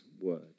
Word